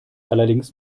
allerdings